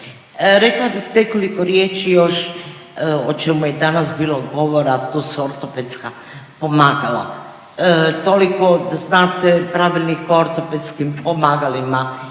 Rekla bih nekoliko riječi još o čemu je danas bilo govora, a to su ortopedska pomagala. Toliko da znate Pravilnik o ortopedskim pomagalima